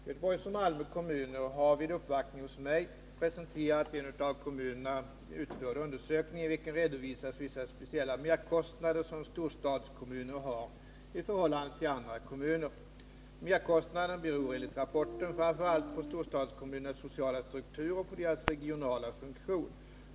Göteborgs och Malmö kommuner har vid en uppvaktning hos mig presenterat en av kommunerna utförd undersökning, i vilken redovisas vissa speciella merkostnader som storstadskommuner har i förhållande till andra kommuner. Merkostnaderna beror enligt rapporten framför allt på storstadskommunernas sociala struktur och på deras regionala funktion.